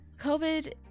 COVID